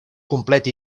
complet